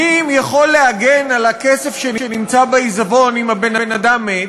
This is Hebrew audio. מי יכול להגן על הכסף שנמצא בעיזבון אם האדם מת?